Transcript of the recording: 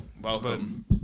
Welcome